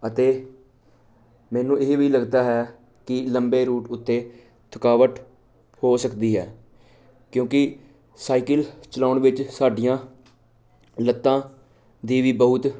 ਅਤੇ ਮੈਨੂੰ ਇਹ ਵੀ ਲੱਗਦਾ ਹੈ ਕਿ ਲੰਬੇ ਰੂਟ ਉੱਤੇ ਥਕਾਵਟ ਹੋ ਸਕਦੀ ਹੈ ਕਿਉਂਕਿ ਸਾਈਕਲ ਚਲਾਉਣ ਵਿੱਚ ਸਾਡੀਆਂ ਲੱਤਾਂ ਦੀ ਵੀ ਬਹੁਤ